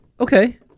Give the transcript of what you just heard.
Okay